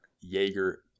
Jaeger